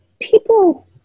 people